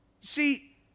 See